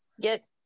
get